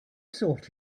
sought